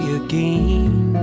again